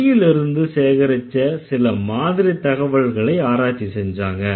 மொழியிலிருந்து சேகரிச்ச சில மாதிரி தகவல்களை ஆராய்ச்சி செஞ்சாங்க